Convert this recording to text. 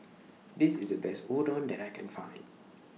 This IS The Best Udon that I Can Find